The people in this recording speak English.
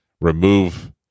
remove